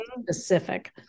specific